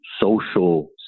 social